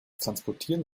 transportieren